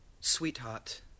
Sweetheart